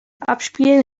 abspielen